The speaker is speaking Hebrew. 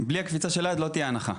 בלי הקפיצה של ה"יד" לא תהיה הנחה.